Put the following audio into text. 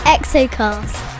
Exocast